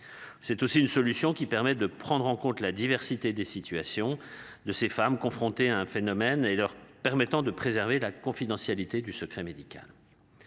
C'est aussi une solution qui permet de prendre en compte la diversité des situations de ces femmes confrontés à un phénomène et leur permettant de préserver la confidentialité et du secret médical.